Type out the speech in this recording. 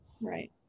Right